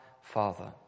Father